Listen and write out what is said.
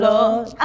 Lord